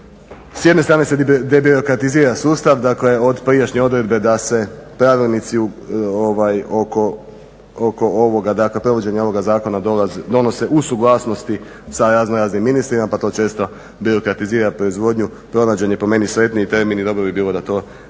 S jedne strane se debirokratizira sustav, dakle od prijašnje odredbe da se pravilnici oko ovoga provođenja ovoga zakona donose u suglasnosti sa razno raznim ministrima pa to često birokratizira proizvodnju, pronađen je po meni sretniji termin i dobro bi bilo da to prenesemo